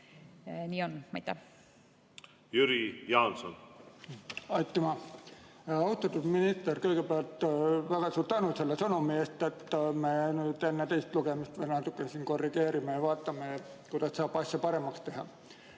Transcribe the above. Nii on. Jüri Jaanson. Aitüma! Austatud minister! Kõigepealt väga suur tänu selle sõnumi eest, et me enne teist lugemist veel natukene korrigeerime ja vaatame, kuidas saab asja paremaks teha.